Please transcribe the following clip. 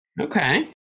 Okay